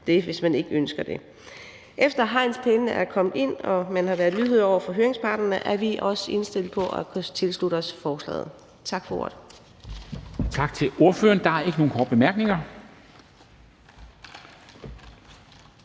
det, hvis man ikke ønsker det. Efter hegnspælene er kommet ind og man har været lydhør over for høringsparterne, er vi også indstillet på at kunne tilslutte os forslaget. Tak for ordet. Kl. 10:56 Formanden (Henrik Dam Kristensen):